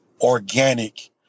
organic